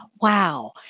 Wow